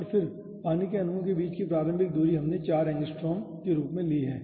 और फिर पानी के अणुओं के बीच की प्रारंभिक दूरी हमने 4 एंगस्ट्रॉम के रूप में रखी है